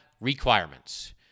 requirements